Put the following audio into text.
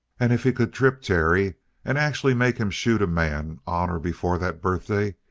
and if he could trip terry and actually make him shoot a man on or before that birthday,